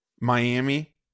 Miami